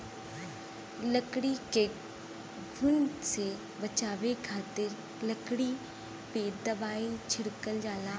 लकड़ी के घुन से बचावे खातिर लकड़ी पे दवाई छिड़कल जाला